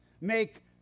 make